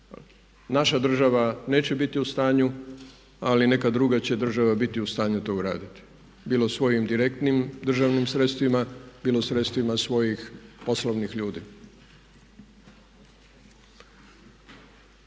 Naša država neće biti u stanju ali neka druga će država bitu u stanju to uraditi bilo svojim direktnim državnim sredstvima bilo sredstvima svojih poslovnih ljudi.